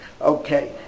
Okay